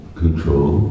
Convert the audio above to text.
control